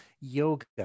yoga